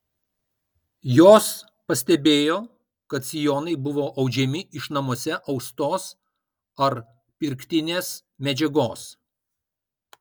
jos pastebėjo kad sijonai buvo audžiami iš namuose austos ar pirktinės medžiagos